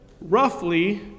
roughly